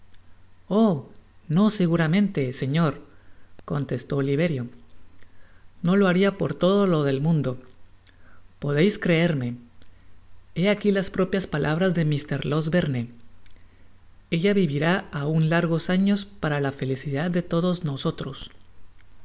oh no seguramente señor contestó oliverio no lo baria por todo lo del mundo podeis cnerme hé aqui las propias palabras de mr losberne ella vivirá aun largos años para la felicidad de tvdos nosotros